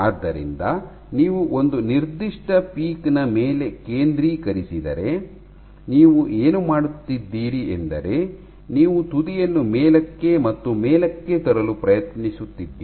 ಆದ್ದರಿಂದ ನೀವು ಒಂದು ನಿರ್ದಿಷ್ಟ ಪೀಕ್ ನ ಮೇಲೆ ಕೇಂದ್ರೀಕರಿಸಿದರೆ ನೀವು ಏನು ಮಾಡುತ್ತಿದ್ದೀರಿ ಎಂದರೆ ನೀವು ತುದಿಯನ್ನು ಮೇಲಕ್ಕೆ ಮತ್ತು ಮೇಲಕ್ಕೆ ತರಲು ಪ್ರಯತ್ನಿಸುತ್ತಿದ್ದೀರಿ